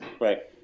Right